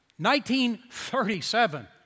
1937